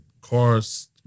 cars